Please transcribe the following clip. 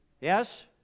yes